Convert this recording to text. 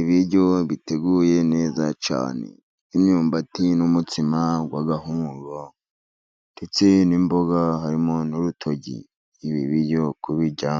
Ibiryo biteguye neza cyane. Nk'imyumbati n'umutsima w'agahunga， ndetse n'imboga. Harimo n'urutoryi, ibi biryo kubirya